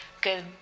good